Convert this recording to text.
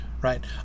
right